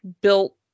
built